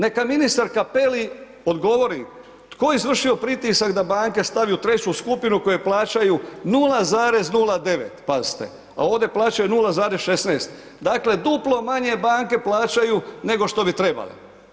Neka ministar Cappelli odgovori tko je izvršio pritisak da banke stavi u treću skupinu koje plaćaju 0,09, pazite, a ovdje plaćaju 0,16, dakle, duplo manje banke plaćaju, nego što bi trebale.